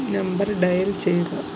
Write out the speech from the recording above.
number dial ചെയ്യുക